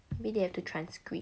maybe they have to transcribe